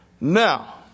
Now